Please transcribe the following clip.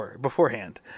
beforehand